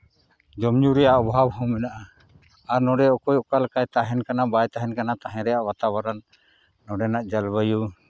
ᱡᱚᱢᱼᱧᱩ ᱨᱮᱭᱟᱜ ᱚᱵᱷᱟᱵᱽ ᱦᱚᱸ ᱢᱮᱱᱟᱜᱼᱟ ᱟᱨ ᱱᱚᱰᱮ ᱚᱠᱚᱭ ᱚᱠᱟ ᱞᱮᱠᱟᱭ ᱛᱟᱦᱮᱱ ᱠᱟᱱᱟ ᱵᱟᱭ ᱛᱟᱦᱮᱱ ᱠᱟᱱᱟ ᱛᱟᱦᱮᱸ ᱨᱮᱭᱟᱜ ᱵᱟᱛᱟ ᱵᱚᱨᱚᱱ ᱱᱚᱰᱮᱱᱟᱜ ᱡᱚᱞᱵᱟᱭᱩ